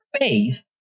faith